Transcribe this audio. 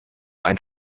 ein